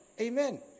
Amen